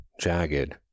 jagged